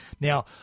Now